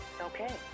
Okay